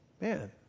man